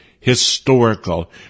historical